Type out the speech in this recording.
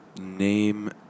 Name